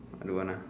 I don't want lah